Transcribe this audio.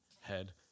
head